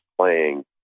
playing